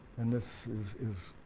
and this is is